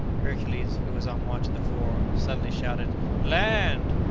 hercules, who was on watch at the fore, suddenly shouted land!